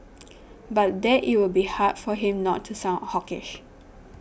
but that it will be hard for him not to sound hawkish